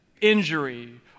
injury